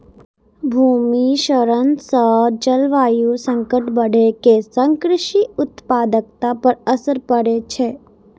भूमि क्षरण सं जलवायु संकट बढ़ै के संग कृषि उत्पादकता पर असर पड़ै छै